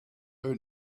who